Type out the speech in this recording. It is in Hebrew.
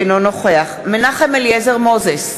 אינו נוכח מנחם אליעזר מוזס,